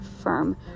firm